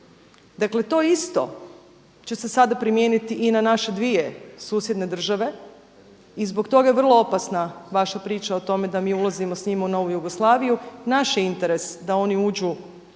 Dakle, to isto će se sada primijeniti i na naše dvije susjedne države i zbog toga je vrlo opasna vaša priča o tome da mi ulazimo s njima u novu Jugoslaviju. Naš je interes da oni uđu